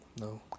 No